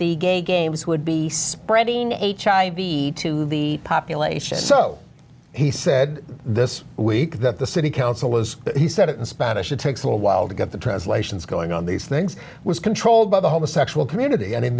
the gay games would be spreading hiv to the population so he said this week that the city council was he said it in spanish it takes a while to get the translations going on these things was controlled by the homosexual community and in